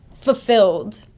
fulfilled